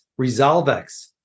Resolvex